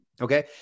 Okay